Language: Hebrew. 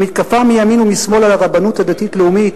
המתקפה מימין ומשמאל על הרבנות הדתית-לאומית,